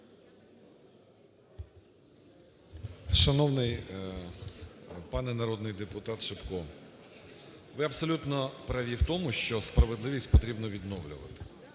Шановний пане народний депутатШипко, ви абсолютно праві в тому, що справедливість потрібно відновлювати.